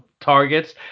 targets